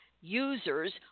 users